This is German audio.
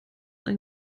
ein